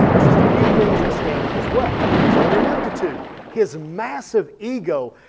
there's just a few things that stand in his way. his own ineptitude. his massive ego.